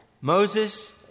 Moses